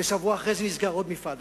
ושבוע לאחר מכן נסגר עוד מפעל.